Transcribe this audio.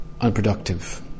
unproductive